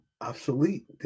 obsolete